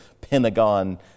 Pentagon